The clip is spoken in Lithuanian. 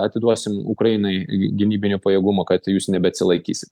atiduosim ukrainai gynybinių pajėgumų kad jūs nebeatsilaikysit